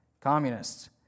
communists